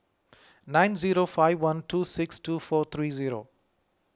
nine zero five one two six two four three zero